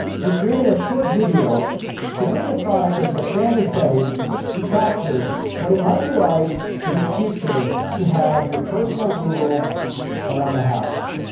we created a short video to bring the product into a family setting to capture what it might be like in the future to have your personal google around the house.